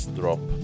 drop